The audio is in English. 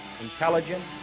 intelligence